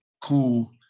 Cool